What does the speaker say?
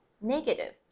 negative